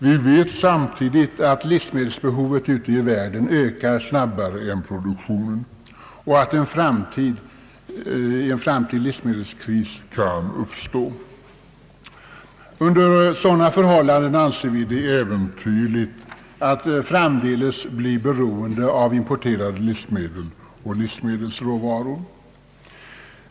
Vi vet att livsmedelsbehovet ute i världen samtidigt ökar snabbare än produktionen och att i framtiden en livsmedelskris kan uppstå. Under sådana förhållanden anser vi det äventyrligt att framdeles bli beroende av importerade livsmedel och livsmedelsråvaror.